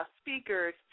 speakers